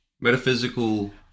metaphysical